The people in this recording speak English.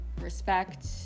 respect